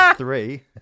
three